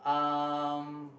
um